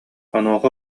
онуоха